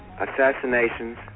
assassinations